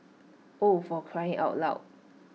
oh for crying out loud